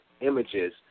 images